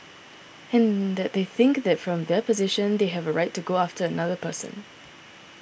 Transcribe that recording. and that they think that from their position they have a right to go after another person